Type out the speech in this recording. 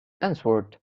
answered